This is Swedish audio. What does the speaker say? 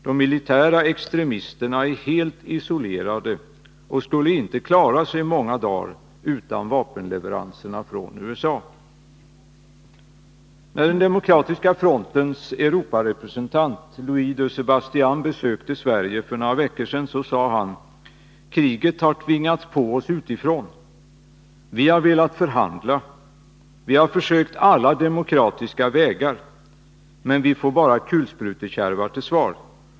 De militära extremisterna är helt isolerade och skulle inte klara sig många dagar utan vapenleveranserna från USA. När den demokratiska frontens Europarepresentant Louis de Sebastian besökte Sverige för några veckor sedan, sade han: Kriget har tvingats på oss utifrån. Vi har velat förhandla, vi har försökt alla demokratiska vägar, men vi får bara kulsprutekärvar till svar.